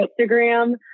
Instagram